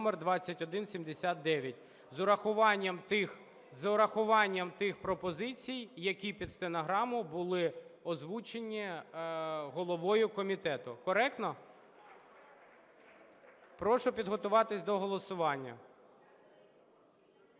номер 2179) з урахуванням тих пропозицій, які під стенограму були озвучені головою комітету. Коректно? Прошу підготуватись до голосування.